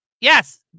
Yes